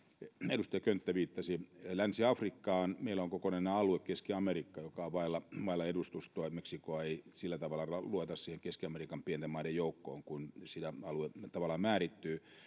edustaja könttä viittasi länsi afrikkaan meillä on kokonainen alue keski amerikka joka on vailla vailla edustustoa meksikoa ei sillä tavalla lueta siihen keski amerikan pienten maiden joukkoon kun sillä se alue tavallaan määrittyy